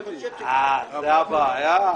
זו הבעיה?